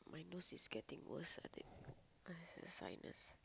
um my nose is getting worse I think I have s~ sinus